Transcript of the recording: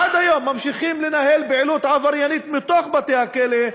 עד היום ממשיכים לנהל פעילות עבריינית מתוך בתי-הכלא,